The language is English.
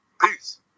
peace